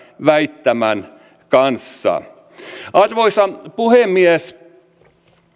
väittämän kanssa arvoisa puhemies